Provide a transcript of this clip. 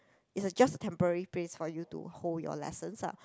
is a just a temporary place for you to hold your lessons ah